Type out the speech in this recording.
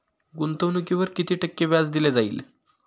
गुंतवणुकीवर किती टक्के व्याज दिले जाईल?